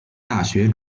大学